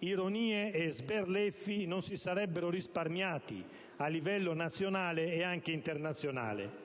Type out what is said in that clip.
ironie e sberleffi non si sarebbero risparmiati a livello nazionale, ma anche internazionale.